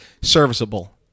serviceable